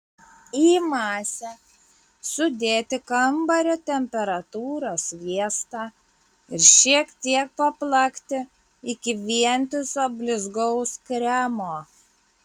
į masę sudėti kambario temperatūros sviestą ir šiek tiek paplakti iki vientiso blizgaus kremo